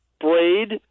braid